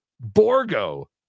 Borgo